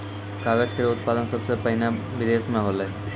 कागज केरो उत्पादन सबसें पहिने बिदेस म होलै